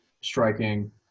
striking